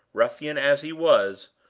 ruffian as he was,